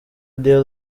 daily